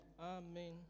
Amen